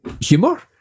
humor